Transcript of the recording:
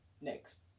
Next